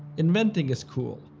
inventing is cool.